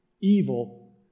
evil